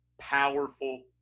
powerful